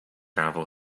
gravel